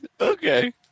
Okay